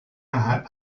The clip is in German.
hat